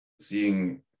seeing